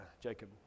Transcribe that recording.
Jacob